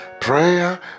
prayer